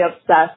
obsessed